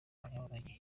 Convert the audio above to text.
impamyabumenyi